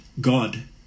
God